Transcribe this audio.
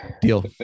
Deal